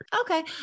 Okay